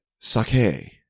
Sake